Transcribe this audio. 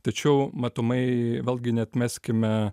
tačiau matomai vėlgi neatmeskime